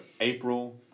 April